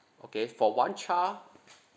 okay for one child